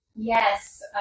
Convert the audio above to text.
yes